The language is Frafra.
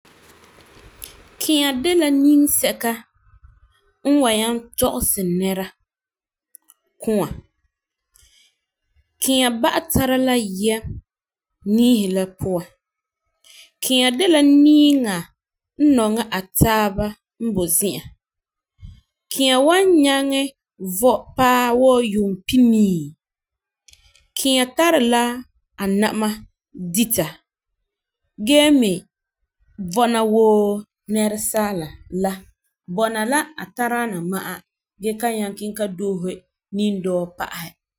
Kɛɛnya de la ninsɛka n wa nyaŋɛ tɔgesɛ nɛra kua. Kɛɛnya ba'a tara la nyɛ niihi la puan. Kɛɛnya de la niiŋa n nɔŋɛ a taaba n boi zi'an. Kɛɛnya wan nyaŋɛ vɔ paa wuu yuumpinii. Kɛɛnya tari la anama dita gee mi vɔna wuu nɛresaala la, bɔna la a taaadaana ma'a gee kan nyaŋɛ doose nidɔɔ pa'asɛ.